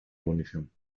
munición